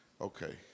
Okay